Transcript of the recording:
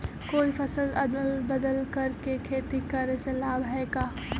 कोई फसल अदल बदल कर के खेती करे से लाभ है का?